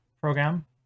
program